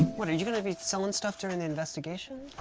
what, are you going to be selling stuff during the investigation?